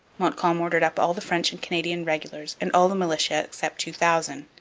montcalm ordered up all the french and canadian regulars and all the militia, except two thousand.